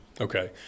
Okay